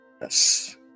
Yes